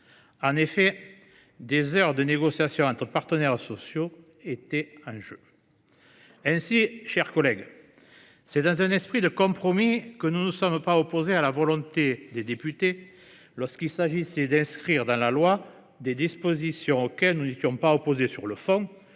plusieurs heures de négociation entre partenaires sociaux étaient en jeu. Ainsi, chers collègues, c’est dans un esprit de compromis que nous ne nous sommes pas opposés à la volonté des députés d’inscrire dans la loi des dispositions auxquelles nous n’étions pas opposés sur le fond,